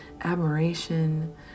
admiration